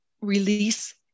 release